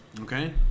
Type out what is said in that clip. okay